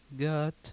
Got